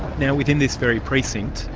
now within this very precinct,